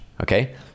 Okay